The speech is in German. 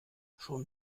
schon